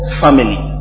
family